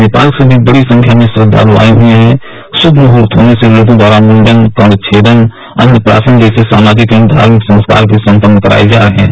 नेपाल से भी बड़ी संख्या में श्रद्वालु आए है शुभ मुहूर्त होने से लोगों द्वारा मुंडन कर्ण छेदन अन्नप्राशन जैसे सामाजिक एवं धार्मिक संस्कार भी संपन्न कराए जा रहे हैं